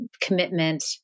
commitment